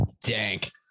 dank